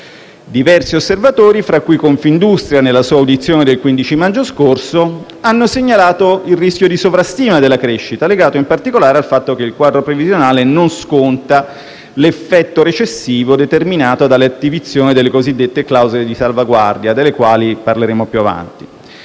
Diversi osservatori, fra cui Confindustria nella sua audizione del 15 maggio scorso, hanno segnalato il rischio di sovrastima della crescita, legato in particolare al fatto che il quadro previsionale non sconta l'effetto recessivo determinato dall'attivazione delle cosiddette clausole di salvaguardia (delle quali parleremo più avanti).